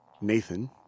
Nathan